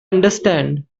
understand